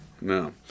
no